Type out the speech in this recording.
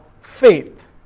faith